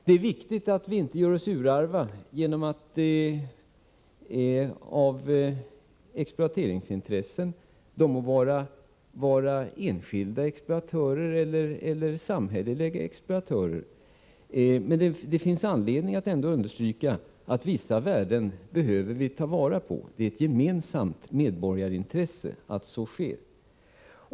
Det är viktigt att vi inte gör oss urarva genom att tillgodose alla exploateringsintressen — det må vara enskilda exploatörer eller samhälleliga exploatörer. Det finns anledning att understryka att vi behöver ta vara på vissa värden. Det är ett gemensamt medborgarintresse att så sker.